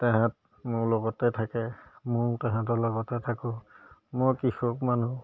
তেহেঁত মোৰ লগতে থাকে ময়ো তেহেঁতৰ লগতে থাকোঁ মই কৃষক মানুহ